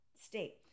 state